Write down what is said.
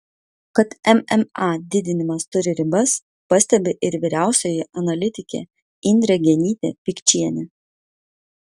kad mma didinimas turi ribas pastebi ir vyriausioji analitikė indrė genytė pikčienė